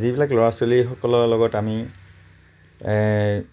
যিবিলাক ল'ৰা ছোৱালীসকলৰ লগত আমি